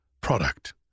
product